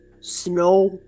Snow